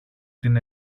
την